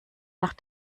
nach